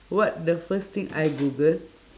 what the first thing I google